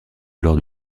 lors